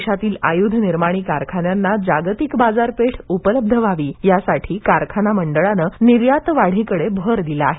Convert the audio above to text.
देशातील आयुध निर्माणी कारखान्यांना जागतिक बाजारपेठ उपलब्ध व्हावी यासाठी कारखाना मंडळानं निर्यातवाढीकडे भर दिला आहे